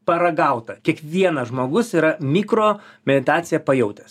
paragauta kiekvienas žmogus yra mikro meditaciją pajautęs